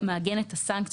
הוא מעגן את הסנקציות,